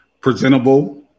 presentable